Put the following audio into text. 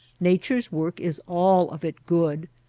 nature's work is all of it good,